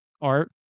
art